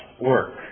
work